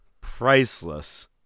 Priceless